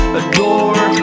adore